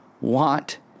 want